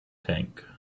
tank